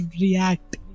react